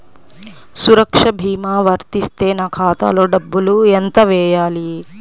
సురక్ష భీమా వర్తిస్తే నా ఖాతాలో డబ్బులు ఎంత వేయాలి?